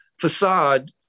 facade